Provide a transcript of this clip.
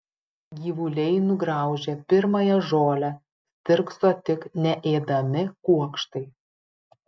gyvuliai nugraužė pirmąją žolę stirkso tik neėdami kuokštai